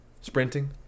Sprinting